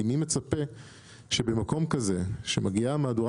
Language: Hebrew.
כי מי מצפה שבמקום כזה כשמגיעה מהדורה